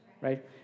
Right